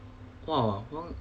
!wah!